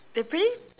they pretty